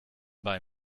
bei